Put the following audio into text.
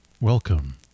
Welcome